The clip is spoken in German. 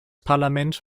parlament